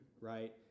right